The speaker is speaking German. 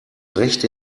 recht